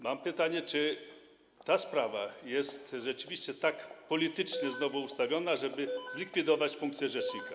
Mam pytanie, czy ta sprawa jest rzeczywiście znowu tak politycznie ustawiona, żeby zlikwidować funkcję rzecznika.